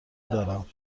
دارم